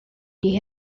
die